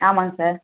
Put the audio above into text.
ஆமாங்க சார்